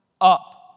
up